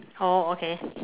oh okay